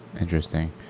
Interesting